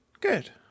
Good